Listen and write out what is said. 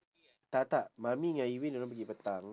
tak tak mummy ngan erwin diorang pergi petang